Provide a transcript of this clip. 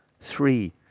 Three